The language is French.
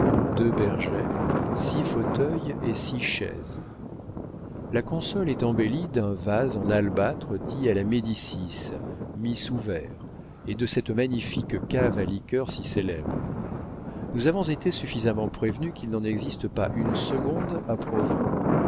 deux bergères six fauteuils et six chaises la console est embellie d'un vase en albâtre dit à la médicis mis sous verre et de cette magnifique cave à liqueurs si célèbre nous avons été suffisamment prévenus qu'il n'en existe pas une seconde à